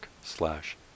slash